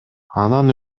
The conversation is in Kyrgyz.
анан